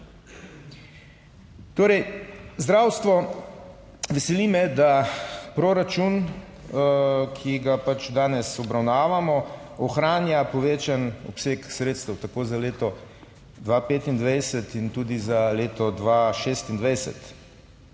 zdravstvo, veseli me, da proračun, ki ga pač danes obravnavamo, ohranja povečan obseg sredstev, tako za leto 2025 in tudi za leto 2026.